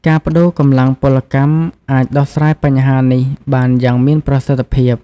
ការប្តូរកម្លាំងពលកម្មអាចដោះស្រាយបញ្ហានេះបានយ៉ាងមានប្រសិទ្ធភាព។